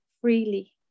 freely